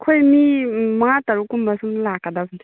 ꯑꯩꯈꯣꯏ ꯃꯤ ꯃꯉꯥ ꯇꯔꯨꯛꯀꯨꯝꯕ ꯁꯨꯝ ꯂꯥꯛꯀꯗꯕꯅꯦ